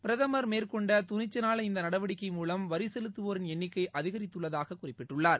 பிரதமர் மேற்கொண்ட துணிச்சலான இந்த நடவடிக்கை மூலம் வரிச்செலுத்தவோரின் எண்ணிக்கை அதிகரித்துள்ளதாகக் குறிப்பிட்டுள்ளார்